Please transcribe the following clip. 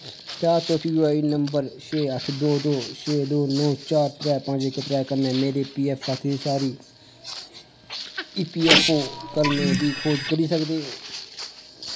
क्या तुस U I N number छे अठ्ठ दो दो छे दो नौ चार त्रै पंज इक त्रै कन्नै मेरे पी एफ खाते दे सारी ई पी ऐफ्फ ओ क्लेमें दी खोज करी सकदे ओ